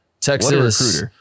Texas